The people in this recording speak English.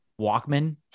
Walkman